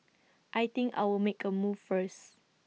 I think I'll make A move first